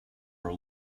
are